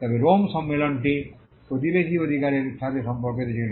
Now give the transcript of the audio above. তবে রোম সম্মেলনটি প্রতিবেশী অধিকারের সাথে সম্পর্কিত ছিল